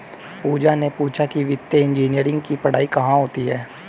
पूजा ने पूछा कि वित्तीय इंजीनियरिंग की पढ़ाई कहाँ होती है?